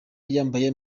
yambaye